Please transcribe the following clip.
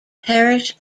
parish